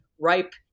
ripe